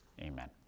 amen